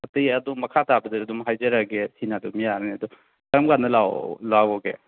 ꯑꯇꯩ ꯑꯗꯨꯝ ꯃꯈꯥ ꯇꯥꯕꯗꯁꯨ ꯑꯗꯨꯝ ꯍꯥꯏꯖꯔꯛꯑꯒꯦ ꯁꯤꯅ ꯑꯗꯨꯝ ꯌꯥꯔꯅꯤ ꯑꯗꯣ ꯀꯔꯝ ꯀꯥꯟꯗ ꯂꯥꯛꯑꯣ ꯂꯥꯛꯑꯣꯒꯦ